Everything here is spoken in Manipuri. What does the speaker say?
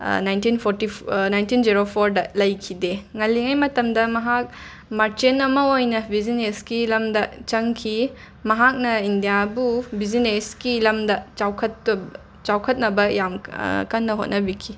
ꯅꯥꯏꯟꯇꯤꯟ ꯐꯣꯔꯇꯤ ꯐ ꯅꯥꯏꯟꯇꯤꯟ ꯖꯦꯔꯣ ꯐꯣꯔꯗ ꯂꯩꯈꯤꯗꯦ ꯉꯜꯂꯤꯉꯩ ꯃꯇꯝꯗ ꯃꯍꯥꯛ ꯃꯥꯔꯆꯦꯟ ꯑꯃ ꯑꯣꯏꯅ ꯕꯤꯖꯤꯅꯦꯁꯀꯤ ꯂꯝꯗ ꯆꯪꯈꯤ ꯃꯍꯥꯛꯅ ꯏꯟꯗ꯭ꯌꯥꯕꯨ ꯕꯤꯖꯤꯅꯦꯁꯀꯤ ꯂꯝꯗ ꯆꯥꯎꯈꯠꯇ ꯆꯥꯎꯈꯠꯅꯕ ꯌꯥꯝ ꯀꯟꯅ ꯍꯣꯠꯅꯕꯤꯈꯤ